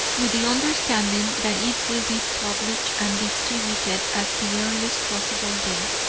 with the understanding that it will be published and distributed at the earliest possible date.